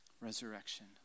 Resurrection